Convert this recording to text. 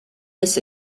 this